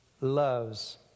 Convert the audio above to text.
loves